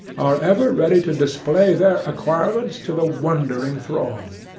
are ever ready to display their acquirements to the wondering throng.